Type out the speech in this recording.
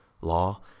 law